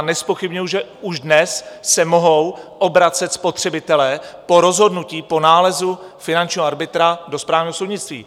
Nezpochybňuji, že už dnes se mohou obracet spotřebitelé po rozhodnutí po nálezu finančního arbitra do správního soudnictví.